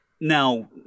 Now